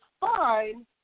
fine